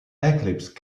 eclipse